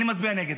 אני מצביע נגד.